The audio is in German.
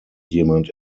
jemand